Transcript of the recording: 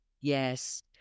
Yes